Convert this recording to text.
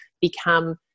become